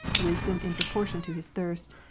wisdom in proportion to his thirst,